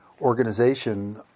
organization